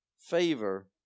Favor